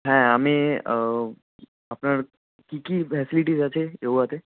হ্যাঁ আমি আপনার কী কী ফেসিলিটিজ আছে ইয়োগাতে